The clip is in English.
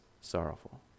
sorrowful